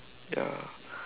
ya